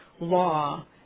law